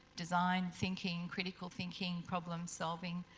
design thinking, critical thinking, problem solving.